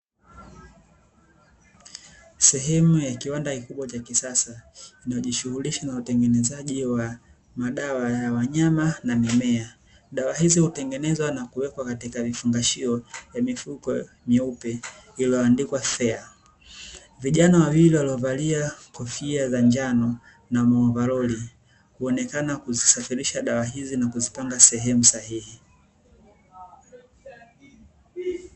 Sehemu ya kiwanda kikubwa cha kisasa, inayojishughulisha na utengenezaji wa madawa ya wanyama na mimea. Dawa hizi hutengenezwa na kuwekwa katika vifungashio vya mifuko meupe iliyoandikwa "fea" vijana wawili waliovalia kofia za njano na maovaroli huonekana kuzisafirisha dawa hizi na kuzipanga sehemu sahihi.